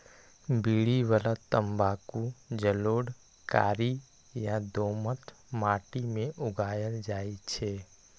बीड़ी बला तंबाकू जलोढ़, कारी आ दोमट माटि मे उगायल जाइ छै